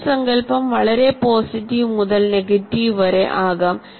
സ്വയം സങ്കൽപം വളരെ പോസിറ്റീവ് മുതൽ നെഗറ്റീവ് വരെ ആകാം